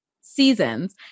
seasons